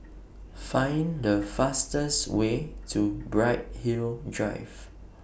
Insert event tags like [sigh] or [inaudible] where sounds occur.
Find The fastest Way to Bright Hill Drive [noise]